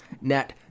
net